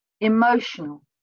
emotional